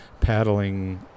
paddling